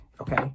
Okay